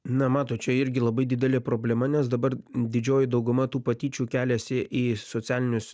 na matot čia irgi labai didelė problema nes dabar didžioji dauguma tų patyčių keliasi į socialinius